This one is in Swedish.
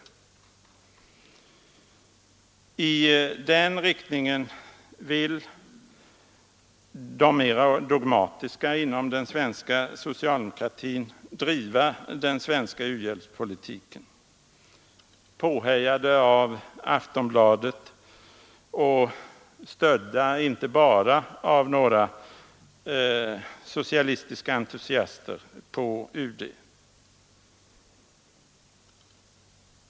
I den riktningen vill de mera dogmatiska inom den svenska socialdemokratin driva den svenska u-hjälpspolitiken, påhejade av Aftonbladet och stödda inte bara av några socialistiska entusiaster på UD.